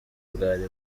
bwari